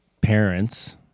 parents